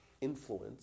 influence